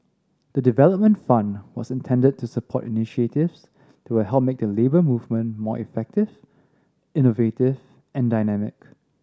the development fund was intended to support initiatives that will help make the Labour Movement more effective innovative and dynamic